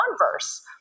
converse